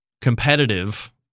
Competitive